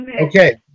Okay